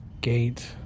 gate